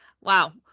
Wow